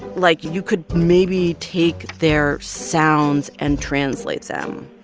like, you could maybe take their sounds and translate them?